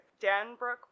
Danbrook